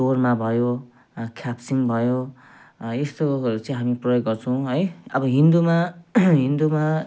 तोर्मा भयो ख्याप्सिङ भयो यस्तो अबहरू चाहिँ हामी प्रयोग गर्छौँ है अब हिन्दूमा हिन्दूमा